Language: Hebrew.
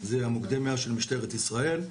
אלה מוקדי 100 של משטרת ישראל.